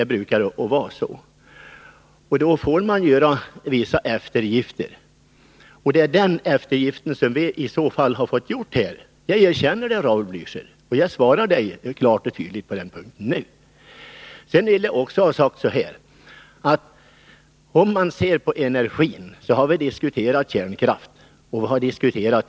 Man får göra vissa eftergifter om man vill skapa sysselsättning och produktion, och det är en sådan eftergift som vi har fått göra här. Det erkänner jag, Raul Blächer. Jag svarar klart och tydligt på den punkten. Jag vill även säga följande: Vi har diskuterat kärnkraft och annat.